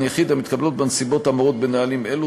יחיד המתקבלות בנסיבות האמורות בנהלים אלו,